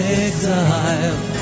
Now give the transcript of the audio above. exile